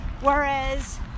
Whereas